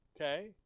Okay